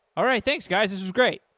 all right. thanks guys. this is great.